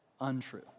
untrue